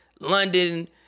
London